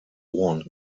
one